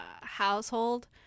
household